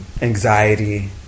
anxiety